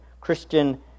Christian